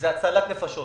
זאת הצלת נפשות